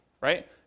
right